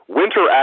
winter